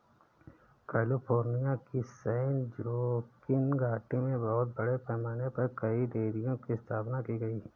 California की San Joaquin घाटी में बहुत बड़े पैमाने पर कई डेयरियों की स्थापना की गई है